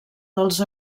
dels